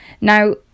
Now